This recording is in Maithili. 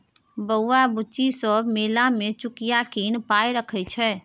बौआ बुच्ची सब मेला मे चुकिया कीन पाइ रखै छै